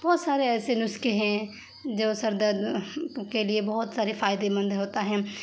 بہت سارے ایسے نسخے ہیں جو سر درد کے لیے بہت سارے فائدے مند ہوتا ہے